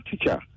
teacher